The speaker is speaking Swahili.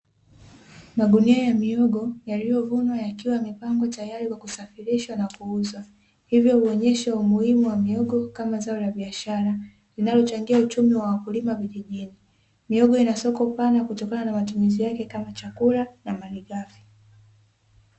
Magunia ya mihogo yaliyovunwa yakiwa yamepangwa tayari kwa kusafirishwa na kuuzwa, hivyo huonyesha umuhimu wa mihogo kama zao la biashara, linaloachangia uchumi wa wakulima vijijini. Mihogo ina soko pana kutokana na matumizi yake kama chakula na malighafi.